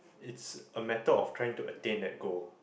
it's a matter of trying to attain that goal